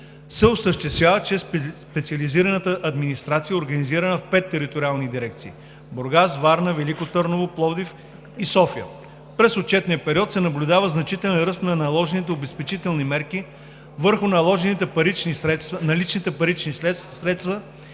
му се осъществява чрез специализираната администрация, организирана в пет териториални дирекции: Бургас, Варна, Велико Търново, Пловдив и София. През отчетния период се наблюдава значителен ръст на наложените обезпечителни мерки върху наличните парични средства